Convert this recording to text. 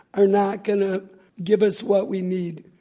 are not going to give us what we need.